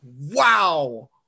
wow